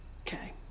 Okay